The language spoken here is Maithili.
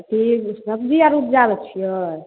की सब्जी आर उपजाबै छियै